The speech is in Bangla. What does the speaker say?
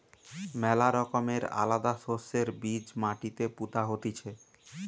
ম্যালা রকমের আলাদা শস্যের বীজ মাটিতে পুতা হতিছে